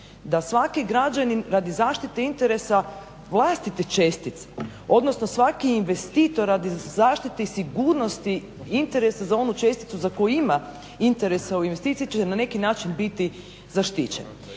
da svaki građanin radi zaštite interesa vlastite čestice odnosno svaki investitor radi zaštite i sigurnosti interesa za onu česticu za koju ima interesa u investiciji će na neki način biti zaštićen.